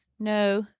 no,